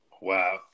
Wow